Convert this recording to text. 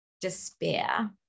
despair